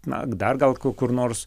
na dar gal ku kur nors